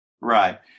Right